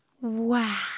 wow